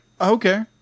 Okay